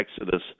exodus